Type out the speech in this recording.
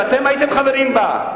שאתם הייתם חברים בה,